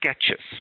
sketches